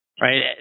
right